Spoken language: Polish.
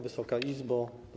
Wysoka Izbo!